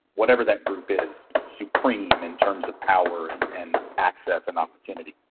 whatever that group is, supreme in terms of power and and access and opportunity,